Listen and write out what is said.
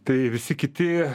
tai visi kiti